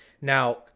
Now